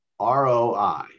ROI